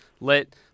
let